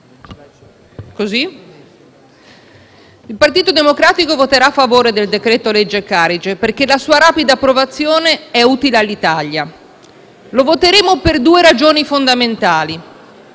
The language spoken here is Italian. il Partito Democratico voterà a favore del decreto-legge Carige, perché la sua rapida approvazione è utile all'Italia. Lo faremo per due ragioni fondamentali: